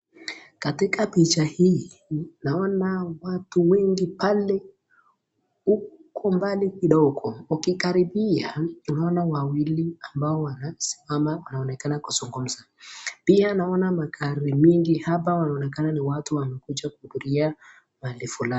Katika picha hii naona watu wengi pale huku mbali kidogo, ukikaribia tunaona wawilii ambao wanasimama wanaonekana kuzungumza. Pia naona magari mingi. Hapa inaonekana ni watu wamekuja kuhudhuria mahali fulani.